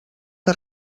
que